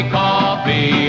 coffee